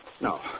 No